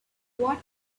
what